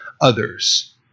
others